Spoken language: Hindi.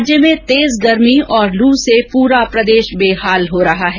राज्य में तेज गर्मी और लू से पूरा प्रदेश बेहाल हो रहा है